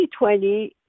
2020